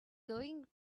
going